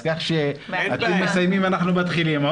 אז כך שאתם מסיימים אנחנו מתחילים.